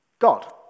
God